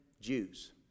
Jews